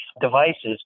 devices